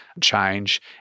change